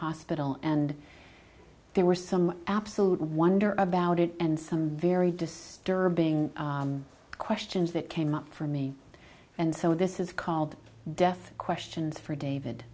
hospital and there were some absolute wonder about it and some very disturbing questions that came up for me and so this is called death questions for david